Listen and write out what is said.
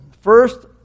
First